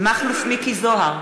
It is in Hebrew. מכלוף מיקי זוהר,